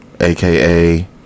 AKA